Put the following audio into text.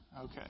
Okay